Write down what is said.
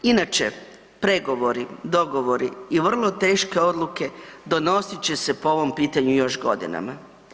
Inače, pregovori, dogovori i vrlo teške odluke donosit će se po ovom pitanju još godinama.